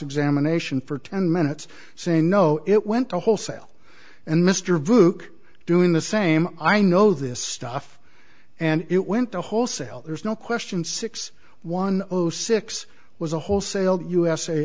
examination for ten minutes saying no it went to wholesale and mr book doing the same i know this stuff and it went to wholesale there's no question six one zero six was a wholesale u